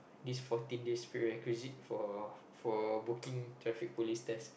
these fourteen days prerequisite for for booking traffic police test